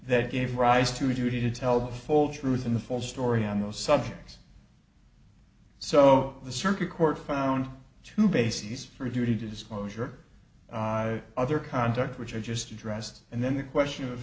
that gave rise to a duty to tell the whole truth and the full story on those subjects so the circuit court found two bases for duty disclosure other conduct which i just addressed and then the question of